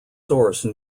source